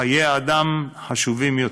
חיי אדם חשובים יותר.